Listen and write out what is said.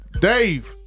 Dave